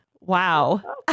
Wow